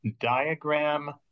diagram